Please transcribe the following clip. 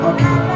Okay